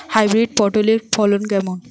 Hybrid পটলের ফলন কেমন?